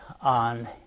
on